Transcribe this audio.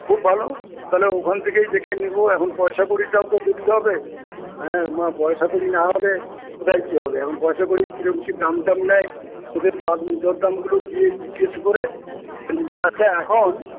খুব ভালো তাহলে ওখান থেকেই দেখে নেব এবং পয়সাকড়িটাও তো দেখতে হবে হ্য়াঁ মা পয়সাকড়ি না হলে কোথায় কি হবে এবং পয়সাকড়ি কিরম কি দাম টাম নেয় ওদের দরদামগুলো গিয়ে জিজ্ঞেস করে এখন